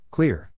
Clear